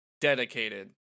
dedicated